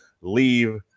leave